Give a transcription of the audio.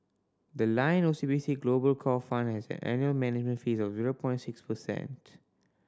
the Lion O C B C Global Core Fund has an annual manage fee of zero point six percent